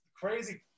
crazy